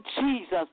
Jesus